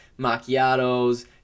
macchiatos